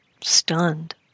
stunned